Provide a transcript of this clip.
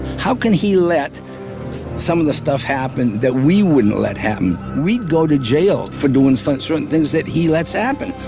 how can he let some of the stuff happen that we wouldn't let happen. we'd go to jail for doing certain things that he lets happen.